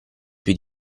più